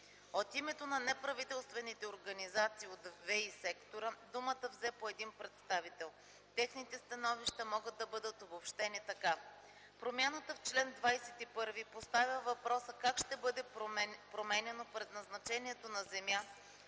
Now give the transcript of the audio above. От името на неправителствените организации от ВЕИ-сектора думата взеха по един представител. Техните становища могат да бъдат обобщени така. Промяната в чл. 21 поставя въпроса как ще бъде променяно предназначението на земя,